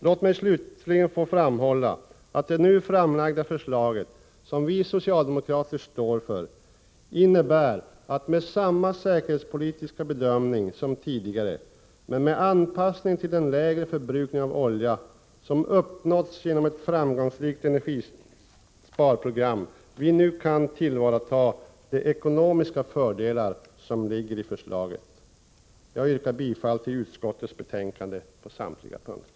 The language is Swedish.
Låt mig slutligen få framhålla att det nu framlagda förslaget, som vi socialdemokrater står för, innebär att vi med samma säkerhetspolitiska bedömning som tidigare, men med anpassning till den lägre förbrukning av olja som uppnåtts genom ett framgångsrikt energisparprogram, nu kan tillvarata de ekonomiska fördelar som ligger i förslaget. Jag yrkar bifall till utskottets hemställan på samtliga punkter.